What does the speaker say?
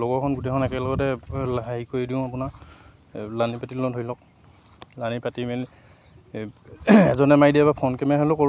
লগৰখন গোটেইখন একেলগতে হেৰি কৰি দিওঁ আপোনাৰ লানি পাতি লওঁ ধৰি লওক লানি পাতি মেলি এই এজনে মাৰি দিয়া বা ফণ্ট কেমেৰাদি হ'লেও কৰোঁ